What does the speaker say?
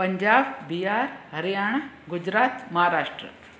Punjab Bihar Haryana Gujarat Maharashtra